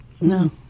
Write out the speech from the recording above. No